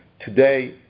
Today